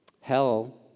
Hell